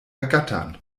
ergattern